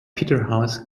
peterhouse